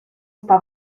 esta